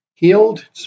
healed